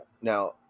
Now